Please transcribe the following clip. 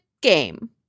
game